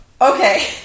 okay